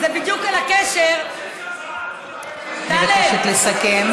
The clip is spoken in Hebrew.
זה בדיוק על הקשר, אני מבקשת לסכם.